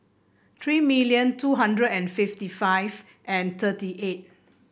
three million two hundred and fifty five and thirty eight